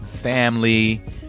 family